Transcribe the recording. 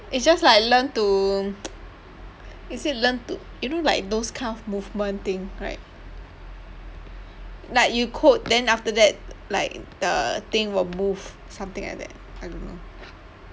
it's just like learn to is it learn to you know like those kind of movement thing right like you code then after that like the thing will move something like that I don't know